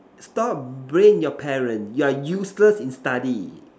stop b~ blame your parents you are useless in study